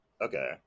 Okay